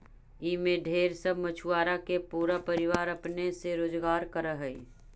ई में ढेर सब मछुआरा के पूरा परिवार पने से रोजकार कर हई